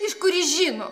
iš kur jis žino